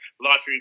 lottery